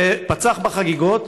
שפצח בחגיגות,